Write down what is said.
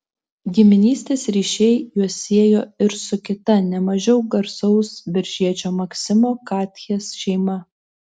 giminystės ryšiai juos siejo ir su kita ne mažiau garsaus biržiečio maksimo katchės šeima